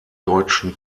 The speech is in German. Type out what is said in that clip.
deutschen